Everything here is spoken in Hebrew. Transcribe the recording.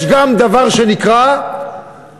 יש גם דבר שנקרא רצינות,